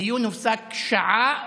הדיון הופסק לשעה,